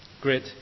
great